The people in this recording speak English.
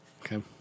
Okay